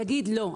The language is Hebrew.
יגיד לא,